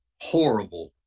horrible